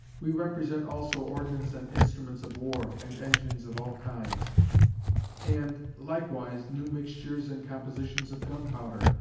we represent also ordnance and instruments of war, and engines of all kinds and likewise new mixtures and compositions of gun-powder,